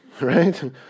right